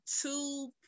two